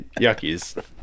Yuckies